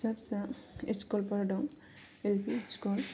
फिसा फिसा स्कुलफोर दं एल पि स्कुल